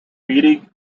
feeding